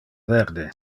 verde